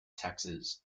taxes